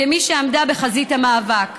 כמי שעמדה בחזית המאבק.